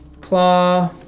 Claw